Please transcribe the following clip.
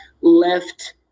left